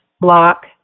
block